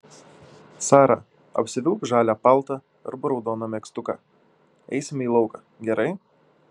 sara apsivilk žalią paltą arba raudoną megztuką eisime į lauką gerai